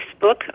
Facebook